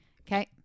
Okay